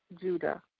Judah